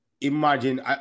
imagine